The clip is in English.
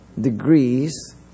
degrees